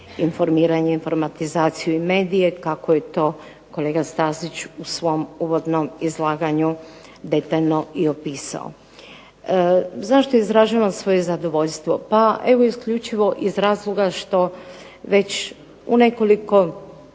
informiranje, informatizaciju i medije, kako je to kolega Stazić u svom uvodnom izlaganju detaljno i opisao. Zašto izražavam svoje zadovoljstvo? Pa evo isključivo iz razloga što već u nekoliko